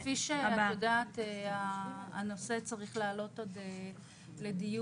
כפי שאת יודעת, הנושא עוד צריך לעלות לדיון